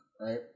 right